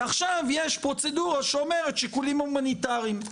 ועכשיו יש פרוצדורה שאומרת שיקולי הומניטריים.